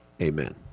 amen